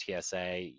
TSA